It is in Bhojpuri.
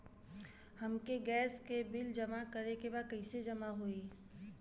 हमके गैस के बिल जमा करे के बा कैसे जमा होई?